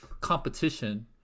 competition